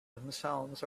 themselves